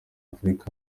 afurika